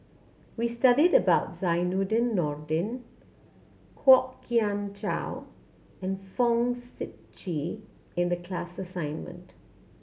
we studied about Zainudin Nordin Kwok Kian Chow and Fong Sip Chee in the class assignment